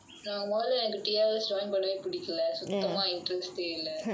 நான் முதல்ல:naa muthalla T_R_S join பண்ணவே புடிக்கல சுத்தமா:pannavae pudikkala suthamaa interest இல்லை:illai